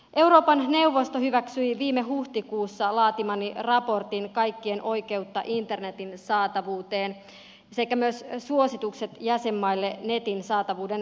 euroopan neuvosto hyväksyi viime huhtikuussa laatimani raportin kaikkien oikeudesta internetin saatavuuteen sekä myös suositukset jäsenmaille netin saatavuuden varmistamiseksi